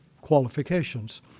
qualifications